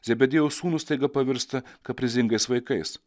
zebediejaus sūnus staiga pavirsta kaprizingais vaikais